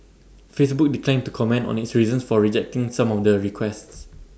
Facebook declined to comment on its reasons for rejecting some of the requests